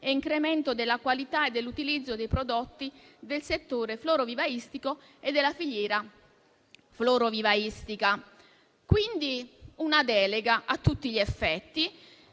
e incremento della qualità e dell'utilizzo dei prodotti del settore florovivaistico e della filiera florovivaistica». Si tratta di una delega a tutti gli effetti,